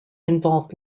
involved